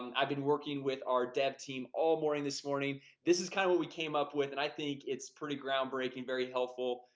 um i've been working with our dev team all morning this morning this is kind of what we came up with and i think it's pretty groundbreaking very helpful.